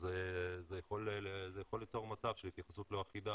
זה יכול ליצור מצב של התייחסות לא אחידה